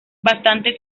bastante